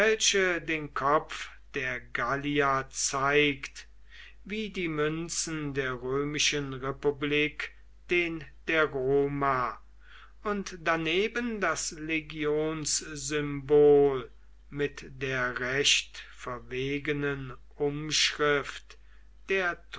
den kopf der gallia zeigt wie die münzen der römischen republik den der roma und daneben das legionssymbol mit der recht verwegenen umschrift der